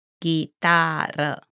guitar